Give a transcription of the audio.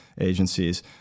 agencies